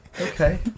Okay